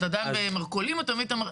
אתה דן במרכולים, אתה מביא את המרכולים.